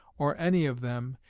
or any of them,